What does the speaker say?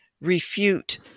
refute